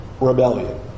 rebellion